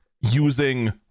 using